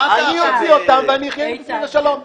אני אוציא אותם ואני אחיה עם זה בשלום -- איתן,